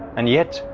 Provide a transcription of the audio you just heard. and yet,